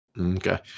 Okay